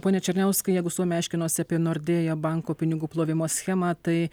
pone černiauskai jeigu suomiai aiškinosi apie nordėja banko pinigų plovimo schemą tai